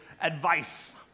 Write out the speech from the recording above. advice